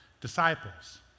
disciples